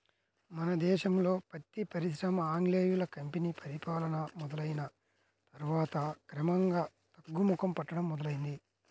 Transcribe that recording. మన దేశంలో పత్తి పరిశ్రమ ఆంగ్లేయుల కంపెనీ పరిపాలన మొదలయ్యిన తర్వాత క్రమంగా తగ్గుముఖం పట్టడం మొదలైంది